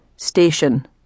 Station